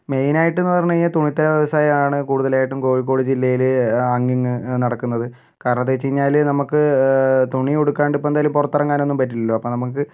മെയിനായിട്ട് എന്ന് പറഞ്ഞു കഴിഞ്ഞാൽ തുണിത്തര വ്യവസായമാണ് കൂടുതലായിട്ടും കോഴിക്കോട് ജില്ലയിൽ അങ്ങിങ്ങ് നടക്കുന്നത് കാരണം എന്താണെന്നു വെച്ചു കഴിഞ്ഞാൽ നമ്മൾക്ക് തുണി ഉടുക്കാണ്ടിപ്പം എന്തായാലും പുറത്തിറങ്ങാനൊന്നും പറ്റില്ലല്ലോ